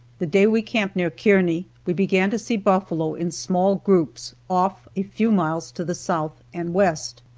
the day we camped near kearney we began to see buffalo in small groups off a few miles to the south and west.